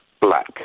black